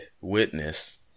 witness